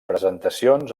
presentacions